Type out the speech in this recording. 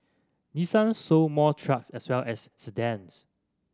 Nissan sold more trucks as well as sedans